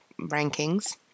rankings